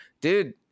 Dude